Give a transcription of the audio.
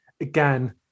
again